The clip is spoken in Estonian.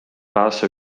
pääse